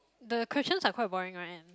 the questions are quite boring right